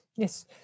Yes